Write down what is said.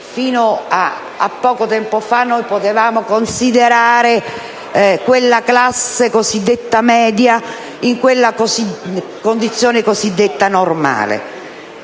fino a poco tempo fa, potevamo considerare appartenenti alla classe cosiddetta media, in una condizione cosiddetta normale.